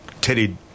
teddy